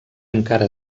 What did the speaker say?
encara